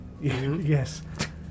Yes